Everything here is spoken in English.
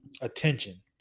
attention